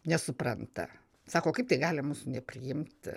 nesupranta sako kaip tai gali mūsų nepriimti